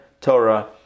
Torah